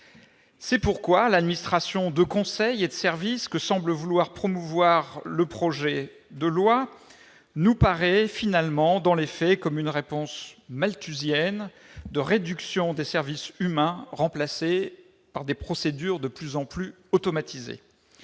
question. L'administration de conseil et de service que semble vouloir promouvoir ce projet de loi nous apparaît comme une réponse malthusienne de réduction des services humains, remplacés par des procédures toujours plus automatisées.